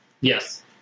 Yes